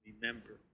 remember